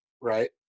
Right